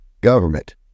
government